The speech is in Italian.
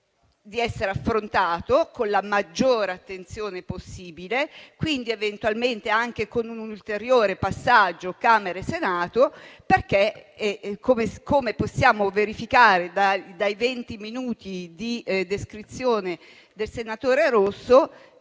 di essere affrontata con la maggiore attenzione possibile e, quindi, eventualmente, anche con un ulteriore passaggio tra Camera e Senato. Come possiamo verificare dai venti minuti di descrizione del senatore Rosso,